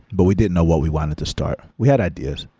but we didn't know what we wanted to start. we had ideas,